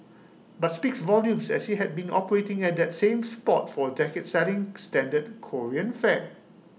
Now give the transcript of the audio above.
but speaks volumes as IT has been operating at that same spot for A decade selling standard Korean fare